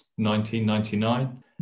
1999